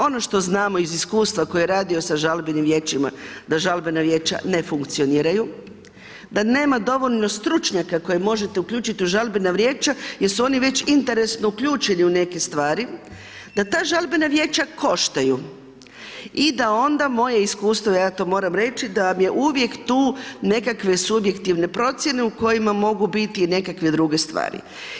Ono što znamo iz iskustva tko je radio sa žalbenim vijećima da žalbena vijeća ne funkcioniraju, da nema dovoljno stručnjaka koje možete uključiti u žalbena vijeća jer su oni već interesno uključeni u neke stvari, da ta žalbena vijeća koštaju i da onda moje iskustvo, ja to moram reći, da vam je uvijek tu nekakve subjektivne procjene u kojima mogu biti nekakve druge stvari.